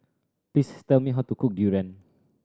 please tell me how to cook durian